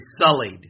sullied